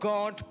God